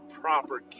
proper